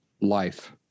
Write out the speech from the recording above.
life